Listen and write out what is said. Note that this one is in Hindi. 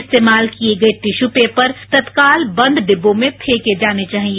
इस्तेमाल किये गये टिश्य पेपर तत्काल बंद डिब्बों में फेंके जाने चाहिए